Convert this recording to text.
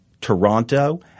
Toronto